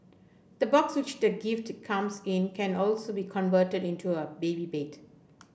the box which the gift to comes in can also be converted into a baby bed